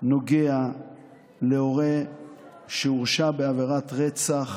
נוגע להורה שהורשע בעבירת רצח